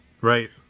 Right